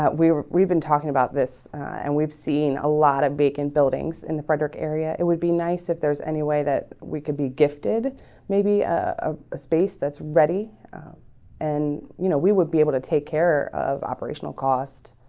we've we've been talking about this and we've seen a lot of vacant buildings in the frederick area it would be nice if there's any way that we could be gifted maybe a space that's ready and you know, we would be able to take care of operational cost